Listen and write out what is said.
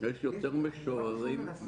בשביל מה צריך פרלמנט?